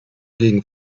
gegen